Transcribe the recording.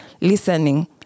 listening